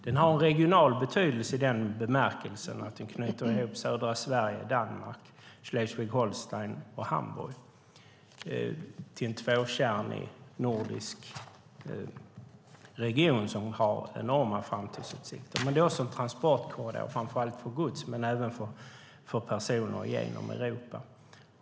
Den har en regional betydelse i den bemärkelsen att den knyter ihop södra Sverige, Danmark, Schleswig-Holstein och Hamburg till en tvåkärnig nordisk region som har enorma framtidsutsikter. Det är också en transportkorridor framför allt för gods men även för personer genom Europa.